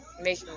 make